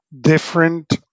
different